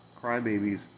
crybabies